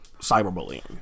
cyberbullying